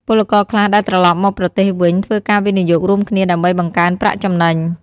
ពលករខ្លះដែលត្រឡប់មកប្រទេសវិញធ្វើការវិនិយោគរួមគ្នាដើម្បីបង្កើនប្រាក់ចំណេញ។